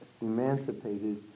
emancipated